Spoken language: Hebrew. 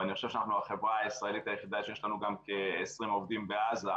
ואני חושב שאנחנו החברה הישראלית היחידה שיש לה גם כ-20 עובדים בעזה,